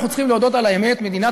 אנחנו צריכים להודות על האמת: מדינת